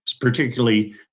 particularly